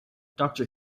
doctor